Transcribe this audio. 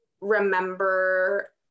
remember